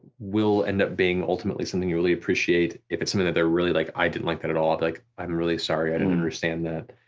will end up being ultimately something you'll really appreciate, if it's something and that they're really like i didn't like that at all, i'll be like i'm really sorry, i didn't understand that,